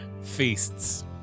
feasts